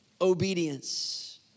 obedience